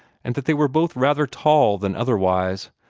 and that they were both rather tall than otherwise,